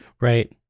right